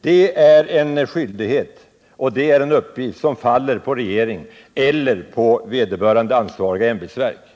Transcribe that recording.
Det är en skyldighet och en uppgift som faller på regeringen eller på det ansvariga ämbetsverket.